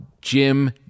jim